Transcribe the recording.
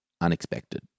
unexpected